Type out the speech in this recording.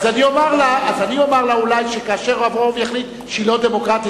אז אולי אני אומר לה שכאשר הרוב יחליט שהיא לא דמוקרטית,